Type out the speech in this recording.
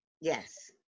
Yes